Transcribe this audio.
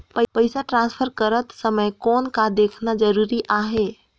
पइसा ट्रांसफर करत समय कौन का देखना ज़रूरी आहे?